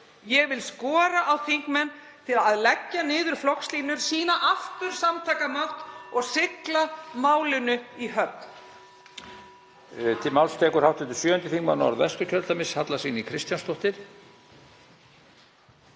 Ég vil skora á þingmenn að leggja niður flokkslínur og sýna aftur samtakamátt og sigla málinu í höfn.